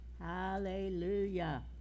Hallelujah